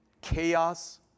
chaos